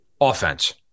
offense